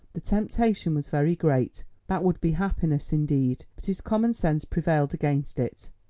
the temptation was very great that would be happiness indeed, but his common sense prevailed against it.